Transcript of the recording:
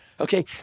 Okay